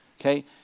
okay